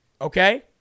Okay